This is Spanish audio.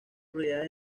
rodeada